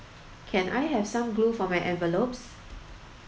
can I have some glue for my envelopes